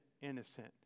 innocent